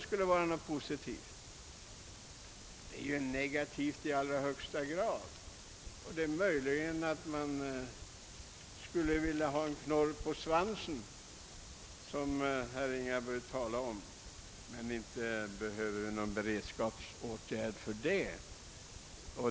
Den är ju i allra högsta grad negativ. Det är möjligt att man skulle vilja ha en knorr på svansen, som herr Ringaby talade om, men inte behövs det någon beredskapsåtgärd för det.